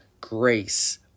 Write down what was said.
grace